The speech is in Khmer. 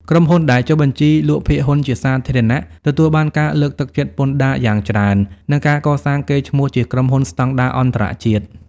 ក្រុមហ៊ុនដែលចុះបញ្ជីលក់ភាគហ៊ុនជាសាធារណៈ ទទួលបានការលើកទឹកចិត្តពន្ធដារយ៉ាងច្រើន និងការកសាងកេរ្តិ៍ឈ្មោះជាក្រុមហ៊ុនស្ដង់ដារអន្តរជាតិ។